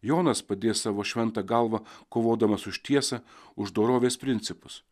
jonas padės savo šventą galvą kovodamas už tiesą už dorovės principus